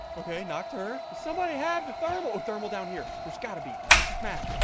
okay knocked her does somebody have the thermal thermal down here there's gotta be it's just math. oh